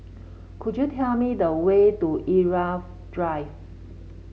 could you tell me the way to Irau Drive